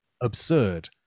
absurd